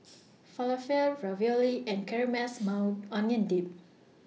Falafel Ravioli and Caramelized Maui Onion Dip